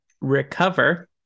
recover